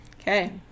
Okay